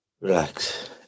Relax